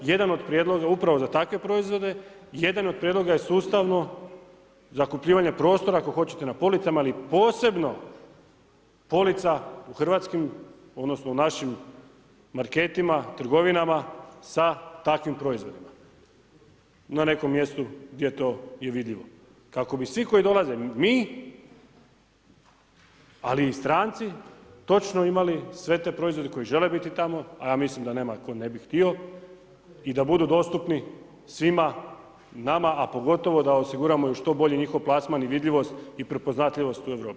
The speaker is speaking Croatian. Jedan od prijedloga je upravo za takve proizvode, jedan od prijedloga je sustavno zakupljivanje prostora ako hoćete na policama ali posebno polica u hrvatskim, odnosno u našim marketima, trgovinama sa takvim proizvodima na nekom mjestu gdje je to vidljivo kako bi svi koji dolaze, mi ali i stranci točno imali sve te proizvode koji žele biti tamo a ja mislim da nema tko ne bi htio i da budu dostupni svima nama a pogotovo da osiguramo i što bolji njihov plasman i vidljivost i prepoznatljivost u Europi.